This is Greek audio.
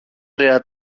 ωραία